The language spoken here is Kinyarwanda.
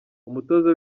umutoza